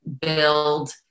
build